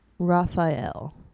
Raphael